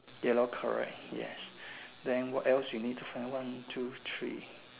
yellow correct yes then what else you need to find one two three